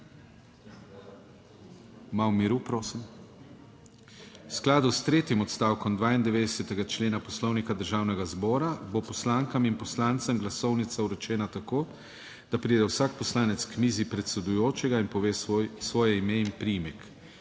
Malo miru, prosim. V skladu s tretjim odstavkom 92. člena Poslovnika Državnega zbora bo poslankam in poslancem glasovnica vročena tako, da pride vsak poslanec k mizi predsedujočega in pove svoje ime in priimek.